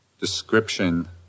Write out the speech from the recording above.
description